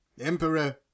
Emperor